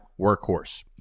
workhorse